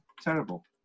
Terrible